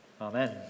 Amen